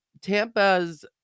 tampa's